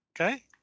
Okay